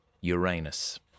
Uranus